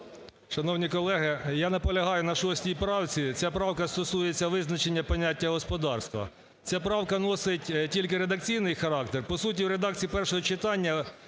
Шановні колеги, я наполягаю на 6 правці. Ця правка стосується визначення поняття "господарство". Ця правка носить тільки редакційний характер, по суті, в редакції першого читання